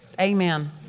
Amen